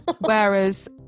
whereas